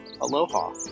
aloha